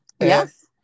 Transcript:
Yes